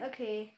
Okay